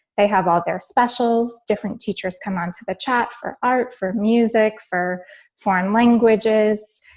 they have all their specials. different teachers come on to the chat for art, for music, for foreign languages.